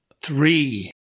three